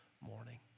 morning